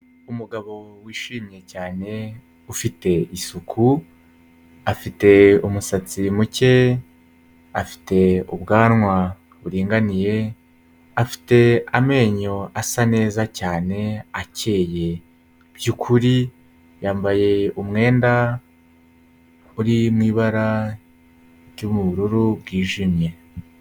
Umugabo wishimye cyane ufite isuku, afite umusatsi muke, afite ubwanwa buringaniye, afite amenyo asa neza cyane akeye. By'ukuri yambaye umwenda uri mu ibara ry'ubururu bwijimye.